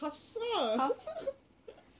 hafsah